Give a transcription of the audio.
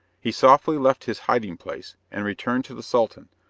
he softly left his hiding-place, and returned to the sultan,